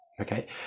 okay